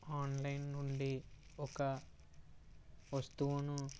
online నుండి ఒక వస్తువును